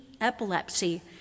epilepsy